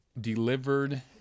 delivered